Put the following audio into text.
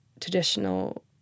traditional